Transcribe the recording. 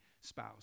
spouse